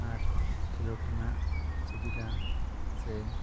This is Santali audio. ᱟᱨ ᱠᱷᱮᱞᱳᱰ ᱨᱮᱱᱟᱜ ᱥᱩᱵᱤᱫᱟ ᱥᱮ